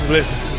Listen